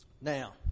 Now